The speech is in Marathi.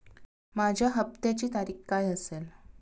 माझ्या हप्त्याची तारीख काय असेल?